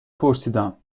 پرسیدم